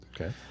Okay